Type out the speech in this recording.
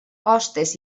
hostes